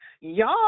y'all